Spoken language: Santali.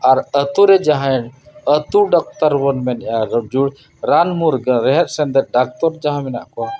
ᱟᱨ ᱟᱹᱛᱩ ᱨᱮ ᱡᱟᱦᱟᱸᱭ ᱟᱹᱛᱩ ᱰᱟᱠᱛᱟᱨ ᱵᱚᱱ ᱢᱮᱱᱮᱫᱼᱟ ᱨᱟᱱ ᱢᱩᱨᱜᱟᱹᱱ ᱨᱮᱦᱮᱫᱽ ᱥᱮᱸᱫᱮᱛ ᱰᱟᱠᱛᱚᱨ ᱡᱟᱦᱟᱸᱭ ᱢᱮᱱᱟᱜ ᱠᱚᱣᱟ